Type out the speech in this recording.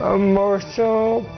emotional